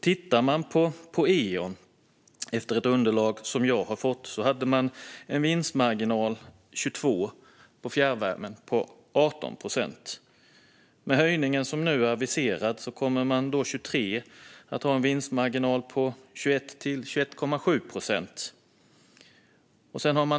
Eon hade enligt ett underlag som jag har fått en vinstmarginal på 18 procent på fjärrvärmen under 2022. Med den höjning som nu aviserats kommer man under 2023 att ha en vinstmarginal på 21-21,7 procent.